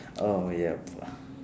oh yup